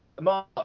Mark